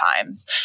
times